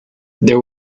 there